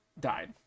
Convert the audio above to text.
died